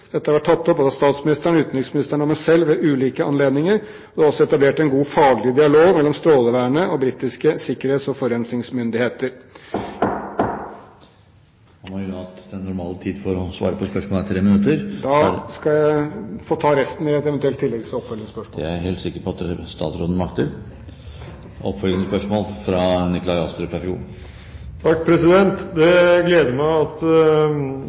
Dette har vært tatt opp både av statsministeren, utenriksministeren og meg selv ved ulike anledninger. Det er også etablert en god faglig dialog mellom Strålevernet og britiske sikkerhets- og forurensningsmyndigheter Presidenten vil minne om at den normale tid for å svare på spørsmål er 3 minutter. Da skal jeg ta resten i et eventuelt oppfølgingsspørsmål. Det er jeg helt sikker på at statsråden makter! Jeg takker statsråden for svaret. Det gleder meg at